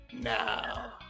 now